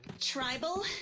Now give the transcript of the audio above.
Tribal